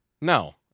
No